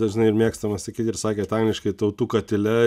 dažnai ir mėgstama sakyt ir sakėt angliškai tautų katile